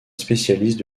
spécialiste